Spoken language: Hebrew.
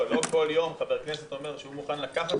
לא כל יום חבר כנסת אומר שהוא מוכן לקחת